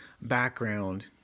background